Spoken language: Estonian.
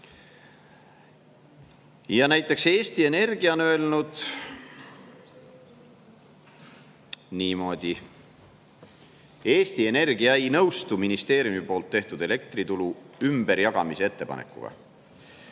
Eesti Energia on öelnud niimoodi: "Eesti Energia ei nõustu ministeeriumi poolt tehtud elektrituru ümberjagamise ettepanekuga.